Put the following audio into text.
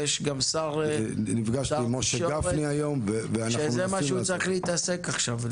ויש גם שר תקשורת שזה מה שהוא צריך להתעסק עכשיו,